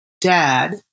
dad